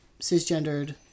cisgendered